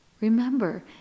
Remember